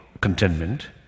contentment